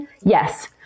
Yes